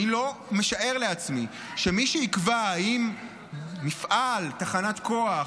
אני לא משער לעצמי שמי שיקבע אם מפעל, תחנת כוח,